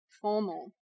formal